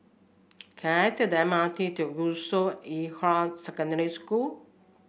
can I take the M R T to Yusof Ishak Secondary School